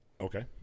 Okay